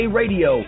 radio